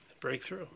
Breakthrough